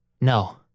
No